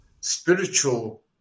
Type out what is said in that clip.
spiritual